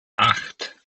acht